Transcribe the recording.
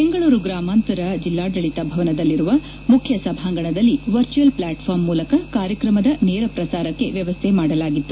ಬೆಂಗಳೂರು ಗ್ರಾಮಾಂತರ ಜಿಲ್ಲಾಡಳಿತ ಭವನದಲ್ಲಿರುವ ಮುಖ್ಯ ಸಭಾಂಗಣದಲ್ಲಿ ವರ್ಚುವಲ್ ಪ್ಲಾಟ್ಫಾರಂ ಮೂಲಕ ಕಾರ್ಯಕ್ರಮದ ನೇರಪ್ರಸಾರಕ್ಕೆ ವ್ಯವಸ್ಥೆ ಮಾಡಲಾಗಿತ್ತು